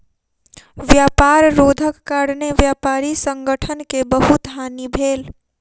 व्यापार रोधक कारणेँ व्यापारी संगठन के बहुत हानि भेल